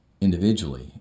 individually